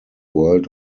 world